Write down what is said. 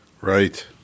Right